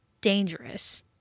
dangerous